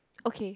okay